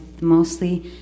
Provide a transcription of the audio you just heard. mostly